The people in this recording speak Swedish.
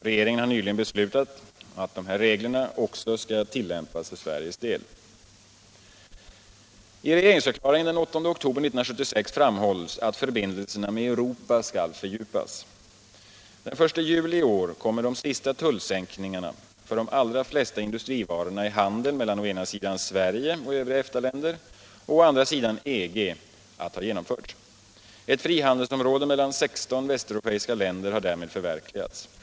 Regeringen har nyligen beslutat att dessa regler också skall tillämpas för Sveriges del. I regeringsförklaringen den 8 oktober 1976 framhålls att förbindelserna med Europa skall fördjupas. Den 1 juli i år kommer de sista tullsänkningarna för de allra flesta industrivarorna i handeln mellan å ena sidan Sverige och övriga EFTA länder och å andra sidan EG att ha genomförts. Ett frihandelsområde mellan 16 västeuropeiska länder har därmed förverkligats.